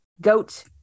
goat